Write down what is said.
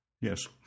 Yes